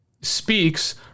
speaks